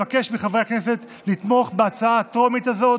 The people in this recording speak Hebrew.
אבקש מחברי הכנסת לתמוך בהצעה הטרומית הזאת,